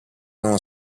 erano